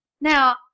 Now